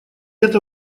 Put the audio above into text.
это